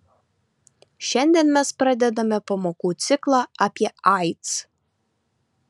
šiandien mes pradedame pamokų ciklą apie aids